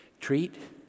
Treat